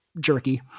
jerky